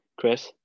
Chris